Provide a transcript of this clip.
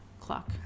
clock